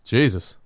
Jesus